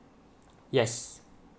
yes